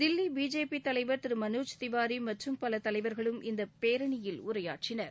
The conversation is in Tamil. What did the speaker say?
தில்லி பிஜேபி தலைவர் திரு மனோஜ் திவாரி மற்றும் பல தலைவர்களும் இந்தப் பேரணியில் உரையாற்றினர்